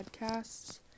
podcasts